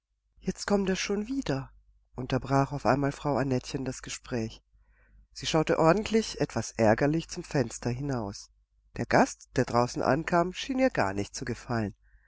jetzt kommt er schon wieder unterbrach auf einmal frau annettchen das gespräch sie schaute ordentlich etwas ärgerlich zum fenster hinaus der gast der draußen ankam schien ihr gar nicht zu gefallen